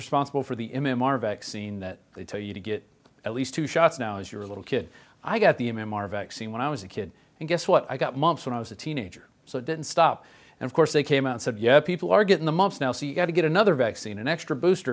responsible for the him are vaccine that they tell you to get at least two shots now if you're a little kid i got the m m r vaccine when i was a kid and guess what i got months when i was a teenager so i didn't stop and of course they came out said yes people are getting the months now so you've got to get another vaccine an extra boost